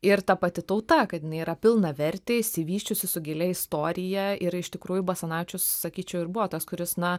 ir ta pati tauta kad jinai yra pilnavertė isivysčiusi su gilia istorija ir iš tikrųjų basanavičius sakyčiau ir buvo tas kuris na